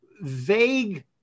Vague